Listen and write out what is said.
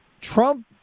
Trump